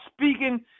speaking